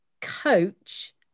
coach